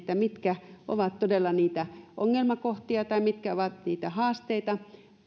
mitkä ovat todella niitä ongelmakohtia tai mitkä ovat niitä haasteita